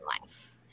life